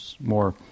more